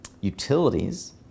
Utilities